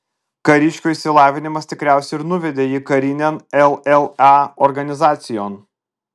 kariškio išsilavinimas tikriausiai ir nuvedė jį karinėn lla organizacijon